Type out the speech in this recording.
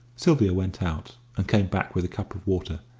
sylvia went out, and came back with a cup of water.